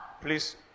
Please